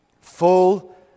Full